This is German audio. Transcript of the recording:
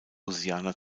louisiana